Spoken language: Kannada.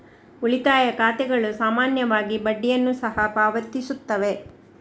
ಉಳಿತಾಯ ಖಾತೆಗಳು ಸಾಮಾನ್ಯವಾಗಿ ಬಡ್ಡಿಯನ್ನು ಸಹ ಪಾವತಿಸುತ್ತವೆ